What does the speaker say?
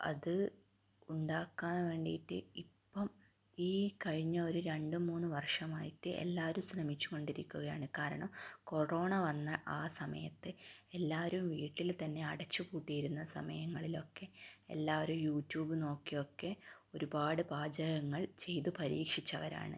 അത് ഉണ്ടാക്കാൻ വേണ്ടിയിട്ട് ഇപ്പം ഈ കഴിഞ്ഞ ഒരു രണ്ട് മൂന്ന് വർഷം ആയിട്ട് എല്ലാവരും ശ്രമിച്ച് കൊണ്ടിരിക്കുകയാണ് കാരണം കൊറോണ വന്ന ആ സമയത്ത് എല്ലാവരും വീട്ടിൽ തന്നെ അടച്ച് പൂട്ടി ഇരുന്ന സമയങ്ങളിലൊക്കെ എല്ലാവരും യൂട്യൂബ് നോക്കിയൊക്കെ ഒരുപാട് പാചകങ്ങൾ ചെയ്ത് പരീക്ഷിച്ചവരാണ്